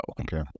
Okay